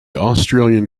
australian